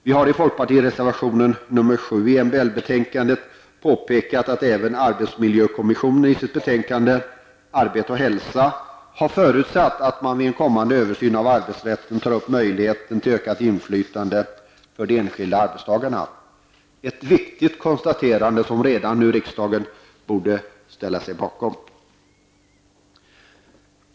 Vi har i reservation nr 7 i MBL-betänkandet påpekat att även arbetsmiljökommissionen i sitt betänkande Arbete och hälsa har förutsatt att man vid en kommande översyn av arbetsrätten tar upp frågan om möjligheten till ökat inflytande för de enskilda arbetstagarna. Det är ett viktigt konstaterande, som riksdagen redan nu borde ställa sig bakom.